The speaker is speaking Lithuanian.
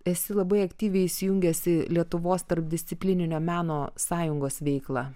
esi labai aktyviai įsijungęs į lietuvos tarpdisciplininio meno sąjungos veiklą